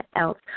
else